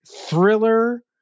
thriller